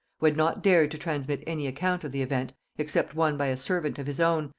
who had not dared to transmit any account of the event except one by a servant of his own,